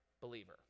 believer